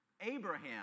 Abraham